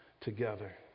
together